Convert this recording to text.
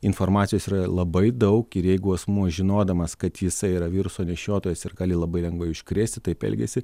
informacijos yra labai daug ir jeigu asmuo žinodamas kad jisai yra viruso nešiotojas ir gali labai lengvai užkrėsti taip elgiasi